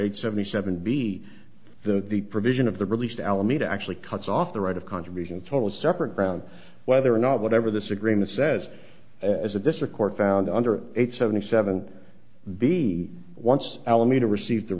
eight seventy seven b the the provision of the released alameda actually cuts off the right of contribution totally separate ground whether or not whatever this agreement says as a district court found under eight seventy seven b once alameda receive